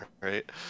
right